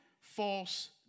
false